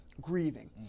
grieving